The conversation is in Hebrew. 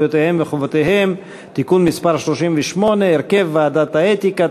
זכויותיהם וחובותיהם (תיקון מס' 38) (הרכב ועדת האתיקה),